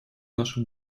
наше